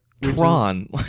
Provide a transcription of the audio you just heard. Tron